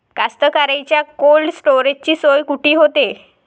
कास्तकाराइच्या कोल्ड स्टोरेजची सोय कुटी होते?